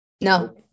no